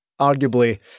arguably